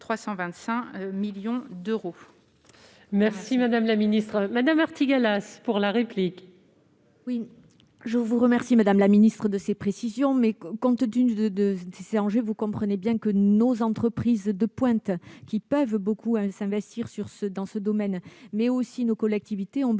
325 millions d'euros